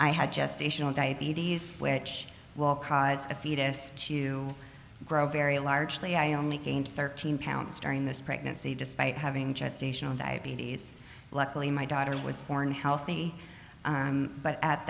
i had gestational diabetes which will cause a fetus to grow very largely i only came to thirteen pounds during this pregnancy despite having gestational diabetes luckily my daughter was born healthy but at